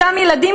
אותם ילדים,